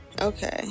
Okay